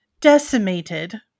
decimated